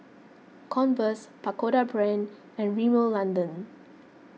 Converse Pagoda Brand and Rimmel London